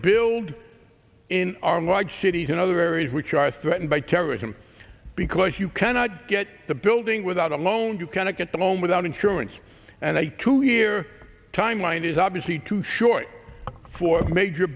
build in our large cities and other areas which are threatened by terrorism because you cannot get the building without a loan you cannot get the loan without insurance and i to hear time line is obviously too short for major